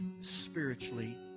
spiritually